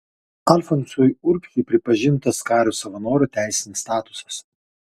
alfonsui urbšiui pripažintas kario savanorio teisinis statusas